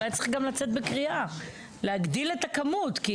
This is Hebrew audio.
אולי צריך גם לצאת בקריאה להגדיל את הכמות.